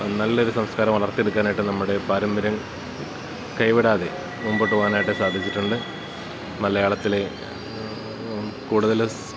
നല്ലൊരു സംസ്കാരം വളർത്തിയെടുക്കാനായിട്ട് നമ്മുടെ പാരമ്പര്യം കൈവിടാതെ മുമ്പോട്ട് പോവാനായിട്ട് സാധിച്ചിട്ടുണ്ട് മലയാളത്തിലെ കൂടുതൽ